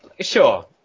Sure